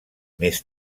més